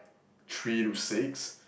three to six